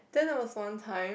then there was one time